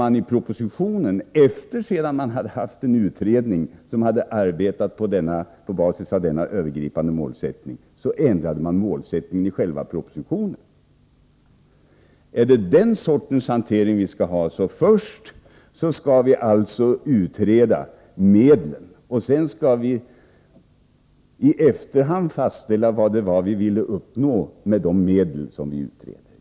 Men sedan man haft denna utredning, som arbetat på basis av dessa övergripande målsättningar, ändrade man målsättningen i själva propositionen. Är det den sortens hantering vi skall ha, att först utreda medlen och sedan i efterhand fastställa vad det var vi ville uppnå med de medel som vi utredde?